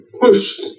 push